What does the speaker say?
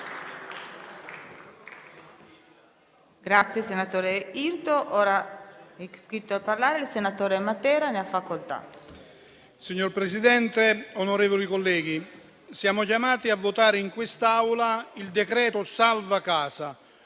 Signor Presidente, onorevoli colleghi, siamo chiamati a votare in quest'Aula il decreto salva casa.